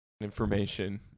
information